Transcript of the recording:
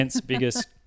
biggest